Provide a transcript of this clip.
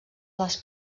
les